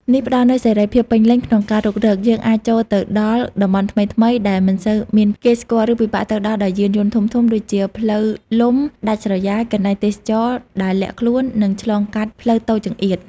នេះផ្តល់នូវ សេរីភាពពេញលេញ ក្នុងការរុករ យើងអាចចូលទៅដល់ តំបន់ថ្មីៗ ដែលមិនសូវមានគេស្គាល់ ឬពិបាកទៅដល់ដោយយានយន្តធំៗ ដូចជា ផ្លូវលំដាច់ស្រយាល កន្លែងទេសចរណ៍ដែលលាក់ខ្លួន និងឆ្លងកាត់ផ្លូវតូចចង្អៀត។